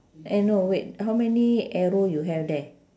eh no wait how many arrow you have there